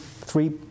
three